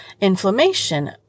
inflammation